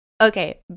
Okay